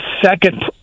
second